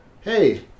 hey